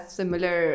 similar